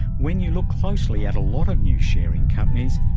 when you look closely at a lot of new sharing companies,